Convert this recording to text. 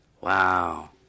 Wow